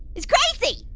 it's crazy!